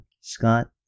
Scott